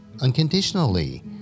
unconditionally